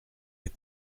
les